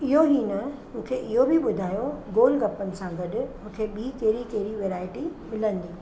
इहो ई न मोंखे इहो बि ॿुधायो गोल गप्पनि सां गॾु मूंखे ॿी कहिड़ी कहिड़ी वैराइटी मिलंदी